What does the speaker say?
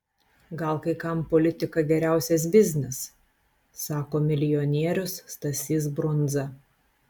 gal kai kam politika geriausias biznis sako milijonierius stasys brundza